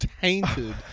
tainted